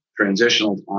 transitional